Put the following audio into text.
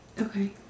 Okay